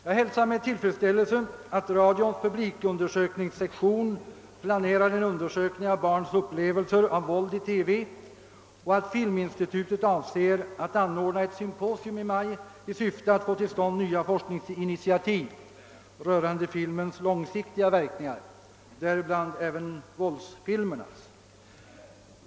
Jag hälsar med tillfredsställelse att Sveriges Radios sektion för publikundersökningar planerar en undersökning av barns upplevelser av våld i TV och att filminstitutet avser att anordna ett symposium i maj i syfte att få till stånd nya forskningsinitiativ rörande filmens och däribland även våldsfilmernas, långsiktiga verkningar.